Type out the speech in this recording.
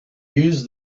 use